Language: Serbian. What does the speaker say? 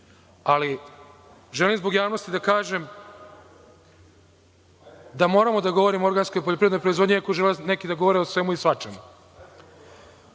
ali želim zbog javnosti da kažem da moramo da govorim o organskoj poljoprivrednoj proizvodnji, iako neki žele da govore o svemu i svačemu. Od